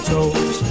Toes